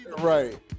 Right